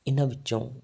ਇਹਨਾਂ ਵਿੱਚੋਂ